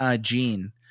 Gene